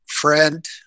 friend